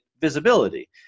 visibility